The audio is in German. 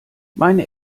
meine